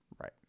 Right